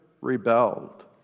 rebelled